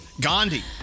Gandhi